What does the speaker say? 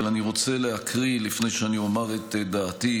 אבל אני רוצה להקריא, לפני שאני אומר את דעתי,